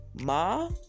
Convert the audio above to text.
Ma